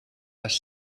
les